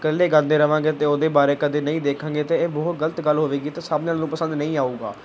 ਇਕੱਲੇ ਗਾਉਂਦੇ ਰਹਾਂਗੇ ਅਤੇ ਉਹਦੇ ਬਾਰੇ ਕਦੇ ਨਹੀਂ ਦੇਖਾਂਗੇ ਅਤੇ ਇਹ ਬਹੁਤ ਗਲਤ ਗੱਲ ਹੋਵੇਗੀ ਅਤੇ ਸਾਹਮਣੇ ਵਾਲੇ ਨੂੰ ਪਸੰਦ ਨਹੀਂ ਆਊਗਾ